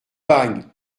bagne